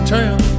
town